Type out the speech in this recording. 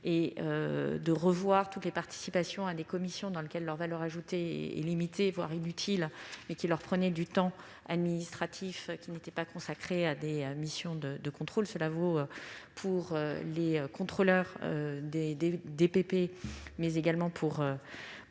avons revu toutes les participations à des commissions, dans lesquelles leur présence est d'intérêt limité, voire inutile, mais qui leur prenaient du temps administratif qui n'était pas consacré à des missions de contrôle. Cela vaut pour les contrôleurs des directions départementales